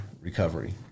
Recovery